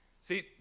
See